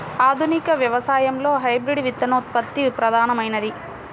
ఆధునిక వ్యవసాయంలో హైబ్రిడ్ విత్తనోత్పత్తి ప్రధానమైనది